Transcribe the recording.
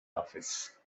office